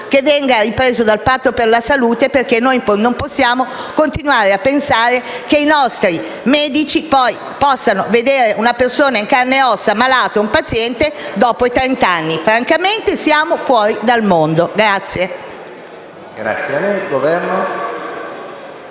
venga ripreso dal Patto per la salute, perché non possiamo continuare a pensare che i nostri medici possano vedere una persona in carne ed ossa, malata, un paziente, dopo 30 anni. Francamente siamo fuori dal mondo! [DE